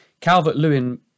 Calvert-Lewin